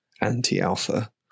anti-alpha